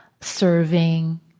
serving